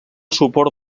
suport